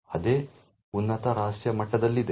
ಅದೇ ಉನ್ನತ ರಹಸ್ಯ ಮಟ್ಟದಲ್ಲಿವೆ